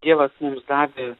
dievas mums davė